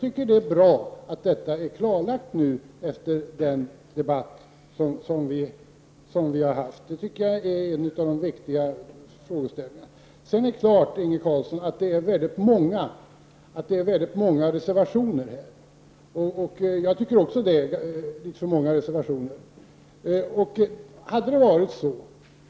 Det är bra att detta är klarlagt efter den debatt som vi nu har haft. Detta är en viktig frågeställning. Det finns väldigt många reservationer till betänkandet, Inge Carlsson.